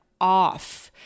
off